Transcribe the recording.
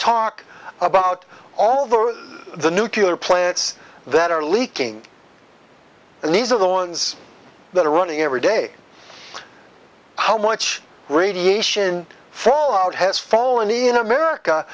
talk about all the the nuclear plants that are leaking and these are the ones that are running every day how much radiation fallout has fallen in america